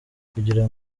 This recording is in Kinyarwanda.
kugira